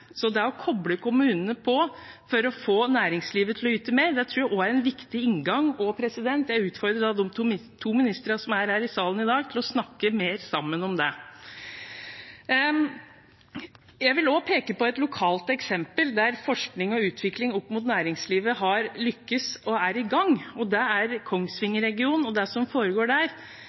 så det å koble kommunene på for å få næringslivet til å yte mer, tror jeg er en viktig inngang. Jeg utfordrer de to ministrene som er i salen i dag, til å snakke mer sammen om det. Jeg vil peke på et lokalt eksempel der forskning og utvikling opp mot næringslivet har lykkes og er i gang. Det er Kongsvinger-regionen og det som foregår der.